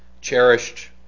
Cherished